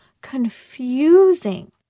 confusing